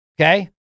Okay